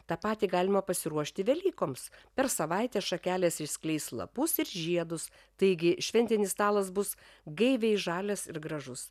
tą patį galima pasiruošti velykoms per savaitę šakelės išskleis lapus ir žiedus taigi šventinis stalas bus gaiviai žalias ir gražus